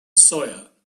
sawyer